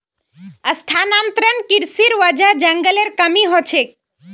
स्थानांतरण कृशिर वजह जंगलेर कमी ह छेक